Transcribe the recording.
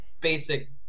basic